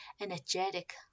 energetic